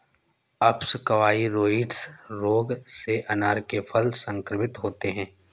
अप्सकवाइरोइड्स रोग से अनार के फल संक्रमित होते हैं